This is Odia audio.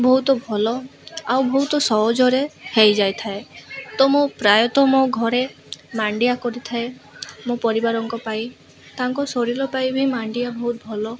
ବହୁତ ଭଲ ଆଉ ବହୁତ ସହଜରେ ହେଇଯାଇଥାଏ ତ ମୁଁ ପ୍ରାୟତଃ ମୋ ଘରେ ମାଣ୍ଡିଆ କରିଥାଏ ମୋ ପରିବାରଙ୍କ ପାଇଁ ତାଙ୍କ ଶରୀର ପାଇଁ ବି ମାଣ୍ଡିଆ ବହୁତ ଭଲ